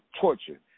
torture